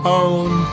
own